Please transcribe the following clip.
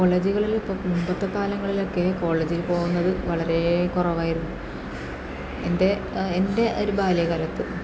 കോളേജുകളിൽ ഇപ്പോൾ മുൻപത്തെ കാലത്തൊക്കെ കോളേജുകളിൽ പോകുന്നത് വളരെ കുറവായിരുന്നു എൻ്റെ എൻ്റെ ഒരു ബാല്യകാലത്ത്